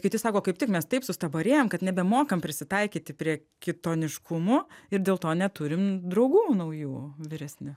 kiti sako kaip tik mes taip sustabarėjam kad nebemokam prisitaikyti prie kitoniškumo ir dėl to neturim draugų naujų vyresni